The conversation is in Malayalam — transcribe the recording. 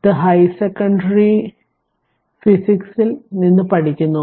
ഇത് ഹൈ സെക്കൻഡറി ഫിസിക്സിൽ നിന്നും പഠിക്കുന്നു